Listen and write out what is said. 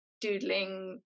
doodling